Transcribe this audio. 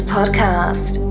Podcast